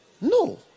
No